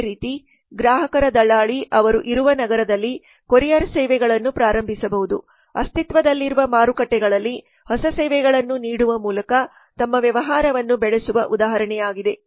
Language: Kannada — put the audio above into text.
ಅದೇ ರೀತಿ ಗ್ರಾಹಕರ ದಳ್ಳಾಲಿ ಅವರು ಇರುವ ನಗರದಲ್ಲಿ ಕೊರಿಯರ್ ಸೇವೆಗಳನ್ನು ಪ್ರಾರಂಭಿಸಬಹುದು ಅಸ್ತಿತ್ವದಲ್ಲಿರುವ ಮಾರುಕಟ್ಟೆಗಳಲ್ಲಿ ಹೊಸ ಸೇವೆಗಳನ್ನು ನೀಡುವ ಮೂಲಕ ತಮ್ಮ ವ್ಯವಹಾರವನ್ನು ಬೆಳೆಸುವ ಉದಾಹರಣೆಯಾಗಿದೆ